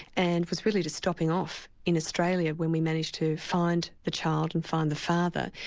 and was really just stopping off in australia, when we managed to find the child and find the father,